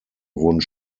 wurden